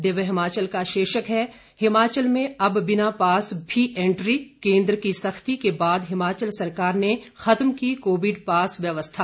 दिव्य हिमाचल का शीर्षक है हिमाचल में अब बिना पास भी एंट्री केंद्र की सख्ती के बाद हिमाचल सरकार ने खत्म की कोविड पास व्यवस्था